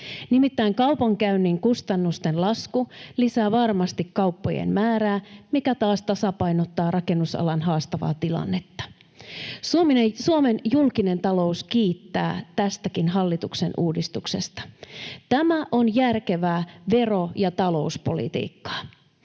Nimittäin kaupankäynnin kustannusten lasku lisää varmasti kauppojen määrää, mikä taas tasapainottaa rakennusalan haastavaa tilannetta. Suomen julkinen talous kiittää tästäkin hallituksen uudistuksesta. Tämä on järkevää vero- ja talouspolitiikkaa.